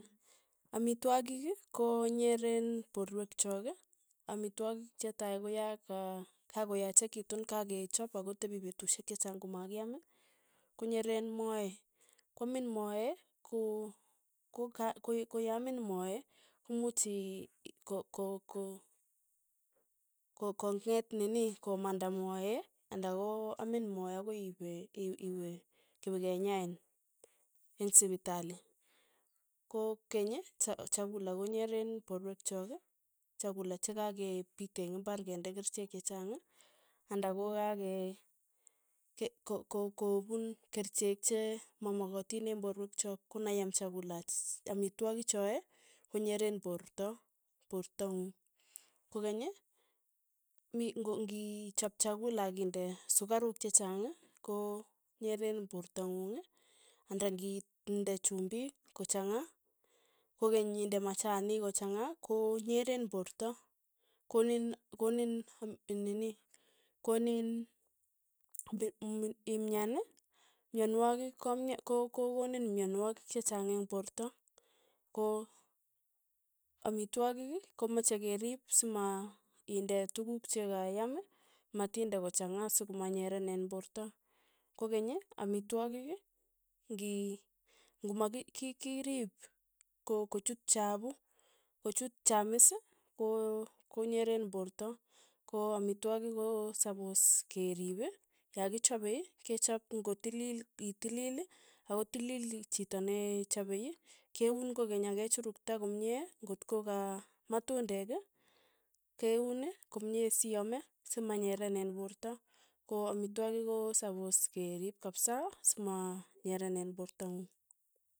Amitwogik ko nyereen porwek chok, amitwogik chetai ko ya ka kakoyachekitu kakechop akotepi petushek chechang komakiam, konyeren moet, kwamin moe ku- kuka koi- koi yaamin moet imuuch ii ko- ko- ko- ko- kong'eet nini, komanda moe, anda koamin moe akoi iipe iiwe kepekenyain eng sipitali, ko kenycha chakula konyeren porwek chok, chakula chakakepiit eng' imbar kende kerichek chechang. anda kokake ke ko- ko- kopuun kerichek che mamakotin eng' porwek chok konaiyam chakula ch amitwogik choe, konyeren porto, porto ng'ung, kokeny, mi ng'o kichap chalula akinde sukaruk chechang ko nyeren porto ng'ung andan kinde chumbik ko changa kokenye yinde machanik kochanga, ko nyeren porto, konin konin ii nini, konin imyan myanwogik komy ko- koniin myanwogik chechang eng' porto, ko amitwogik komeche keriip sima inde tukuk chekayam matinde kochanga sokomanyerenen porto, kokeny amitwogik ng'i ng'omaki ki- ki riip ko- ko- kochut chapu kochut chams ko konyereen porto, ko amitwogik ko sapos keriip, yakichope kechop ng'o tilil itilil ako tilil chito ne chopei, keun kokeny akechurukta komye ngokto ka matundek, keun komie siyame simanyerenen porto, ko amitwogik ko sapos ke rip kapsa simanyerenen porto ng'ung.